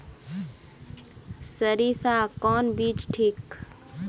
सरीसा कौन बीज ठिक?